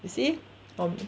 is he um